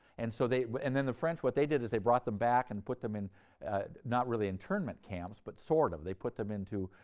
and so they and then the french, what they did is they brought them back and put them in not really internment camps, but sort of they put them into